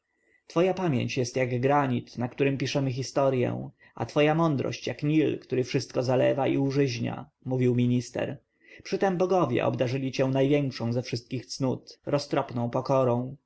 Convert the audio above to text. twoja pamięć jest jak granit na którym piszemy historję a twoja mądrość jak nil który wszystko zalewa i użyźnia mówił minister przytem bogowie obdarzyli cię największą ze wszystkich cnót roztropną pokorą